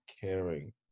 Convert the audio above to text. caring